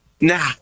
Nah